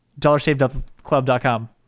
DollarShaveClub.com